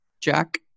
Jack